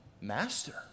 Master